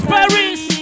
Paris